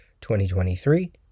2023